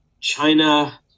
China